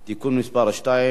(תיקון מס' 2)